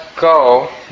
go